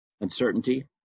uncertainty